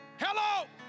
Hello